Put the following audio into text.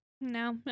No